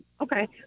Okay